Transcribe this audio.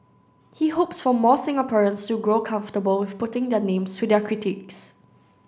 he hopes for more Singaporeans to grow comfortable with putting their names to their critiques